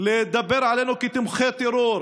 לדבר עלינו כתומכי טרור,